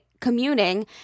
commuting